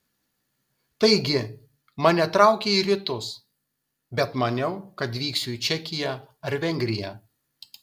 taigi mane traukė į rytus bet maniau kad vyksiu į čekiją ar vengriją